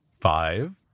Five